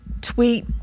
tweet